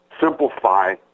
simplify